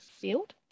field